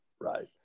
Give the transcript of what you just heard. right